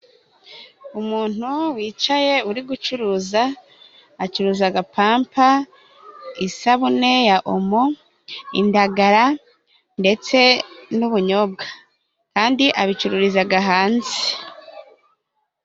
Umuntu wicaye uri gucuruza, acuruzaga: pampa, isabune ya omo, indagara ndetse n'ubunyobwa .Kandi abicururizaga hanze.